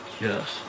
Yes